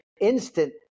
instant